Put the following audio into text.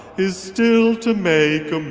is to to make